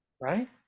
right